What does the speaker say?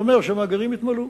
זה אומר שהמאגרים התמלאו.